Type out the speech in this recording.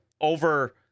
over